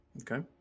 Okay